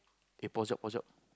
eh pause up pause up